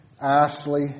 Ashley